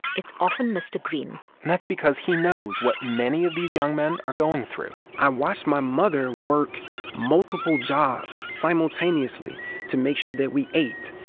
it's often mr. greene and that's because he knows what many of these young men are going through i watched my mother work multiple jobs simultaneously to make sure that we ate.